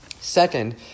Second